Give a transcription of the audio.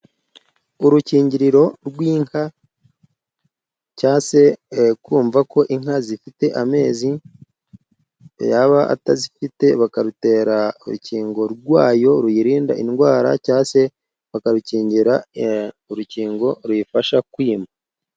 Urukingiriro rw'inka cyase kumva ko inka zifite amezi, yaba atazifite bakarutera urukingo rwayo ruyirinda indwara cya se bakarukingira urukingo ruyifasha kwima.